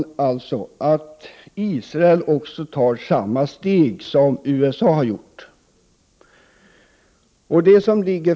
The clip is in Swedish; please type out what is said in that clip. Nu gäller det att Israel tar samma steg som USA har tagit.